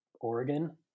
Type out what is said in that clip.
Oregon